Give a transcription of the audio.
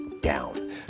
down